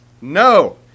No